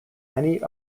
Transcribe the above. many